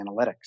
analytics